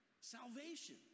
salvation